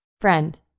Friend